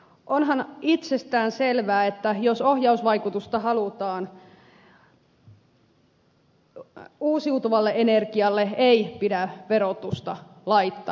onhan itsestäänselvää että jos ohjausvaikutusta halutaan uusiutuvalle energialle ei pidä verotusta laittaa